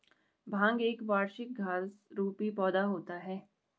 भांग एक वार्षिक घास रुपी पौधा होता है